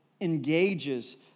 engages